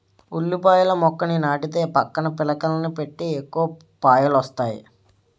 ఉల్లిపాయల మొక్కని నాటితే పక్కన పిలకలని పెట్టి ఎక్కువ పాయలొస్తాయి